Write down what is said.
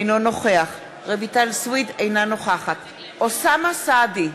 אינו נוכח רויטל סויד, אינה נוכחת אוסאמה סעדי,